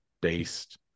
based